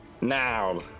Now